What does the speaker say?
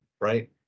right